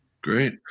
Great